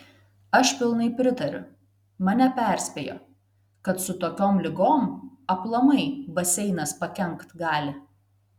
aš pilnai pritariu mane perspėjo kad su tokiom ligom aplamai baseinas pakenkt gali